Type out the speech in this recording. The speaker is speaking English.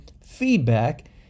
feedback